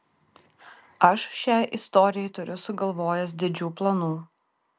aš šiai istorijai turiu sugalvojęs didžių planų